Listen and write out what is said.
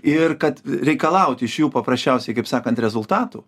ir kad reikalauti iš jų paprasčiausiai kaip sakant rezultatų